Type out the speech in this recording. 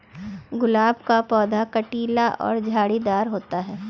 गुलाब का पौधा कटीला और झाड़ीदार होता है